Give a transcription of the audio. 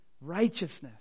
Righteousness